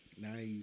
Nice